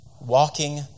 walking